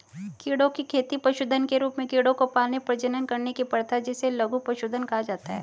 कीड़ों की खेती पशुधन के रूप में कीड़ों को पालने, प्रजनन करने की प्रथा जिसे लघु पशुधन कहा जाता है